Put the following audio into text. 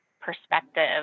perspective